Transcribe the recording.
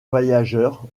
voyageur